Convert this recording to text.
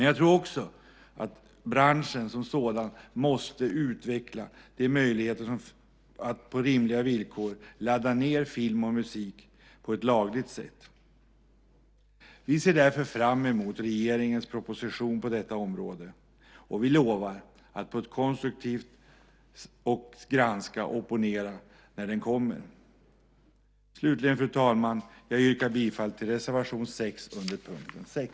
Jag tror också att branschen som sådan måste utveckla möjligheterna för kunden att på rimliga villkor ladda ned film och musik på ett lagligt sätt. Vi ser därför fram emot regeringens proposition på detta område. Vi lovar att vi på ett konstruktivt sätt ska granska och opponera när den kommer. Fru talman! Slutligen yrkar jag bifall till reservation nr 6 under punkt 6.